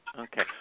Okay